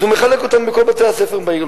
הוא מחלק בין כל בתי-הספר בעיר.